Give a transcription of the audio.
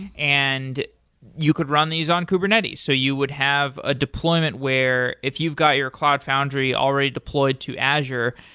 and you could run these on kubernetes. so you would have a deployment where if you've got your cloud foundry already deployed to azure,